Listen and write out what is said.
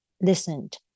listened